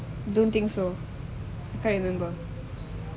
don't think so I kind of remember